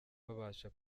babasha